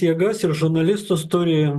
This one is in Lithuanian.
jėgas ir žurnalistus turi